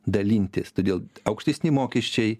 dalintis todėl aukštesni mokesčiai